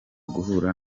guhura